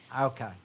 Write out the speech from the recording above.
Okay